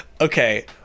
Okay